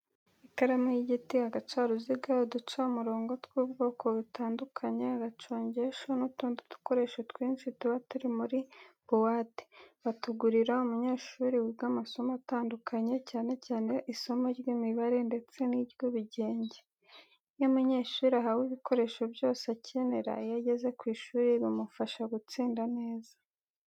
Ikaramu y'igiti, agacaruziga, uducamurongo tw'ubwoko butandukanye, agacongesho n'utundi dukoresho twinshi tuba turi muri buwate, batugurira umunyeshuri wiga amasomo atandukanye cyane cyane isomo ry'imibare ndetse n'iry'ubugenge. Iyo umunyeshuri ahawe ibikoresho byose akenera iyo ageze ku ishuri, bimufasha gutsinda neza.